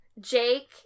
Jake